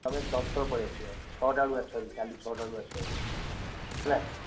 ତମେ ଚଞ୍ଚଳ ପଳେଇ ଆସିବ ଛଅଟା ବେଳକୁ ଆସିବ ହେରି କାଲି ଛଅଟା ବେଳକୁ ଆସ ହେରି ହେଲା